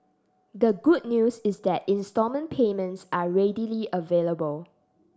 the good news is that installment payments are readily available